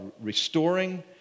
restoring